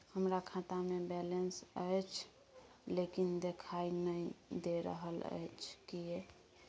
हमरा खाता में बैलेंस अएछ लेकिन देखाई नय दे रहल अएछ, किये?